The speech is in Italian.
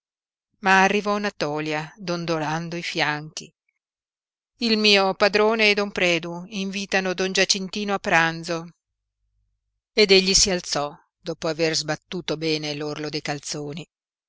ma arrivò natòlia dondolando i fianchi il mio padrone e don predu invitano don giacintino a pranzo ed egli si alzò dopo aver sbattuto bene l'orlo dei calzoni